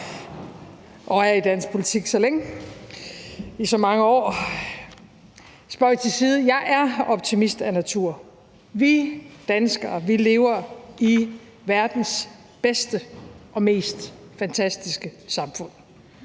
og er i dansk politik så længe, i så mange år. Men spøg til side, for jeg er optimist af natur. Vi danskere lever i verdens bedste og mest fantastiske samfund,